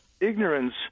ignorance